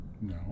No